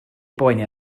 boeni